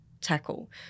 tackle